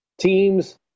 teams –